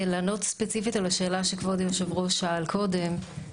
לענות ספציפית של השאלה שכבוד היושב-ראש שאל קודם,